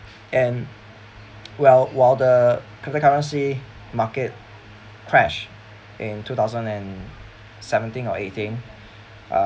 and well well the crypto currency market crash in two thousand and seventeen or eighteen uh